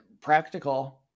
practical